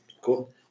Cool